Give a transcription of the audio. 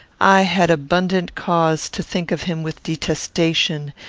i had abundant cause to think of him with detestation,